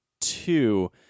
two